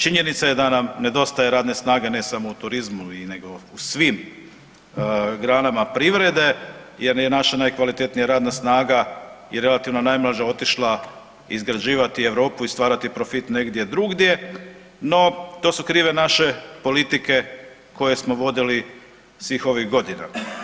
Činjenica je da nam nedostaje radne snage, ne samo u turizmu, nego u svim granama privrede, jer je naša najkvalitetnija radna snaga i relativno najmlađa, otišla izgrađivati Europu i stvarati profit negdje drugdje, no to su krive naše politike koje smo vodili svih ovih godina.